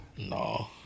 No